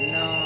no